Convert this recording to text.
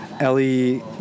Ellie